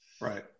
Right